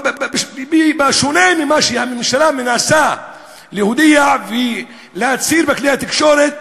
אבל בשונה ממה שהממשלה מנסה להודיע ולהצהיר בכלי התקשורת,